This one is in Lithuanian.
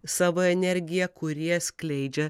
savo energiją kurie skleidžia